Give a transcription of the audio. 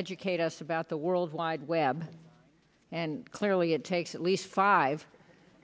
educate us about the world wide web and clearly it takes at least five